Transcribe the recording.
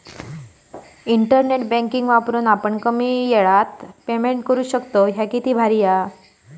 internet banking वापरून आपण कमी येळात पेमेंट करू शकतव, ह्या किती भारी हां